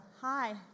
Hi